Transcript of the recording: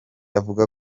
avuga